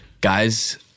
guys